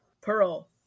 Pearl